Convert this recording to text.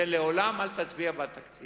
היא: לעולם אל תצביע בעד תקציב.